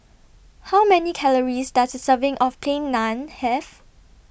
How Many Calories Does A Serving of Plain Naan Have